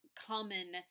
common